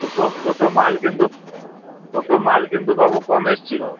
দুটো দুটো মাল কিন্তু দুটো মাল কিন্তু বাবু কম এসছিলো